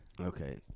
Okay